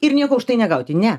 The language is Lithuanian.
ir nieko už tai negauti ne